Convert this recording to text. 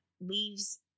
leaves